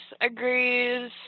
agrees